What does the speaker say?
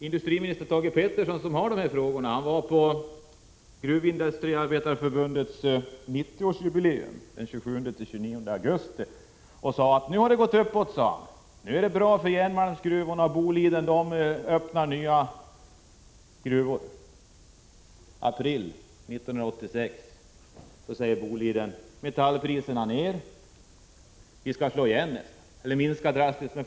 Industriminister Thage Peterson, som ansvarar för de här frågorna, var med på Gruvindustriarbetareförbundets 90-årsjubileum den 27-29 augusti i fjol. Då sade han: Nu har det gått uppåt! Nu går det bra för järnmalmsgruvorna, och Boliden öppnar nya gruvor. — I april 1986 sade Boliden: Metallpriserna har sjunkit. Vi skall slå igen gruvor och drastiskt minska antalet anställda.